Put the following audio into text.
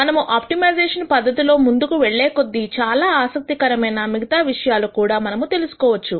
మనము ఆప్టిమైజేషన్ పద్ధతిలో ముందుకు వెళ్లే కొద్దీ చాలా ఆసక్తికరమైన మిగతా విషయాలు కూడా మనము చూడవచ్చు